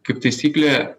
kaip taisyklė